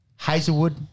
Hazelwood